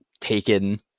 taken